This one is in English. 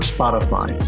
Spotify